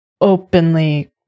openly